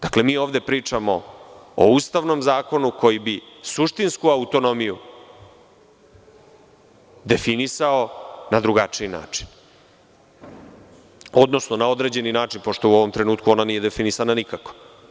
Dakle, mi ovde pričamo o Ustavnom zakonu koji bi suštinsku autonomiju definisao na drugačiji način, odnosno na određeni način, pošto u ovom trenutku ono nije definisano nikako.